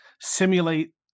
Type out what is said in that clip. simulate